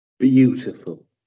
beautiful